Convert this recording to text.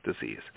disease